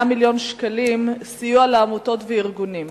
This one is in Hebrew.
מיליון שקלים לסיוע לעמותות וארגונים